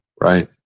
right